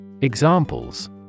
Examples